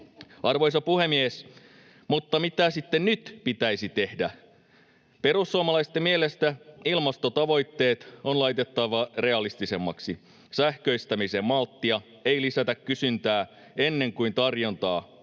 Arvoisa puhemies! Mutta mitä nyt sitten pitäisi tehdä? Perussuomalaisten mielestä ilmastotavoitteet on laitettava realistisemmaksi, sähköistämiseen malttia, ei lisätä kysyntää ennen kuin tarjontaa